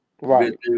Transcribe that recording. Right